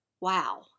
Wow